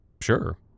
Sure